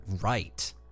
right